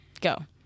go